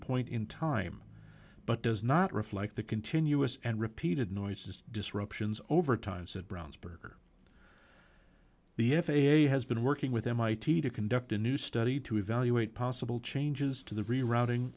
point in time but does not reflect the continuous and repeated noises disruptions over time said brownsburg or the f a a has been working with mit to conduct a new study to evaluate possible changes to the rerouting